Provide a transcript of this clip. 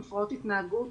עם הפרעות התנהגות,